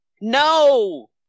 No